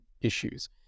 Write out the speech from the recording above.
issues